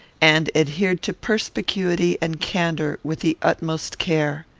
and adhered to perspicuity and candour with the utmost care.